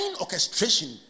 orchestration